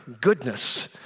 goodness